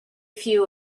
few